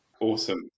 Awesome